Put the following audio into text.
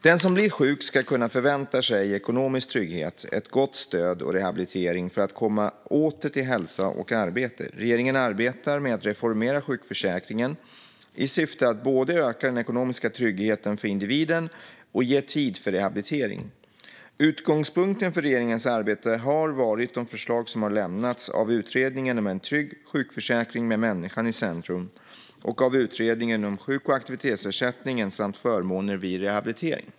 Den som blir sjuk ska kunna förvänta sig ekonomisk trygghet, ett gott stöd och rehabilitering för att komma åter till hälsa och arbete. Regeringen arbetar med att reformera sjukförsäkringen i syfte att både öka den ekonomiska tryggheten för individen och ge tid för rehabilitering. Utgångspunkten för regeringens arbete har varit de förslag som har lämnats av utredningen En trygg sjukförsäkring med människan i centrum och av Utredningen om sjuk och aktivitetsersättningen samt förmåner vid rehabilitering.